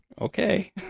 Okay